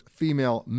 female